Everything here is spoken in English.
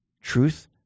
Truth